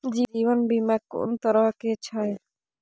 जीवन बीमा कोन तरह के छै?